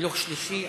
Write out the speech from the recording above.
הילוך שלישי,